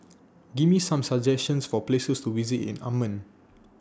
Give Me Some suggestions For Places to visit in Amman